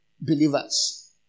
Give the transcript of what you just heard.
believers